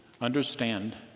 understand